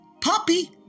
Puppy